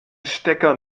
stecker